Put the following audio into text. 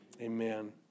amen